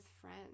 friends